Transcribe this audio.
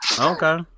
Okay